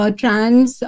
trans